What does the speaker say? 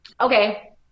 Okay